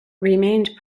remained